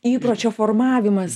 įpročio formavimas